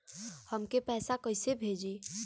हमके पैसा कइसे भेजी?